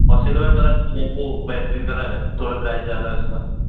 और silver colour वो बेहतरीन कलर है थोड़ा प्राइज़ ज़्यादा है उसका